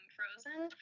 Frozen